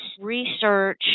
research